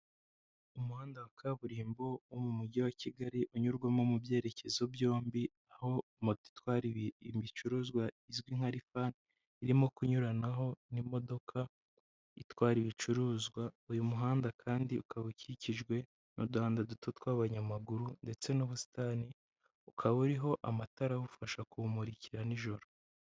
Umuhanda wa kaburimbo wo mu mugi wa Kigali unyurwamo mu byerekezo byombi aho moto itwara ibicuruzwa izwi nka rifani irimo kunyuranaho n'imodoka itwara ibicuruzwa, uyu muhanda kandi ukaba ukikijwe n'uduhanda duto tw'abanyamaguru ndetse n'ubusitani, ukaba uriho amatara awufasha kuwumurikira n'ijoro.